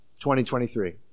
2023